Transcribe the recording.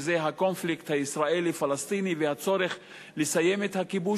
שהיא הקונפליקט הישראלי פלסטיני והצורך לסיים את הכיבוש